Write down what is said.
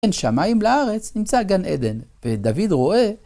בין שמיים לארץ נמצא גן עדן, ודוד רואה.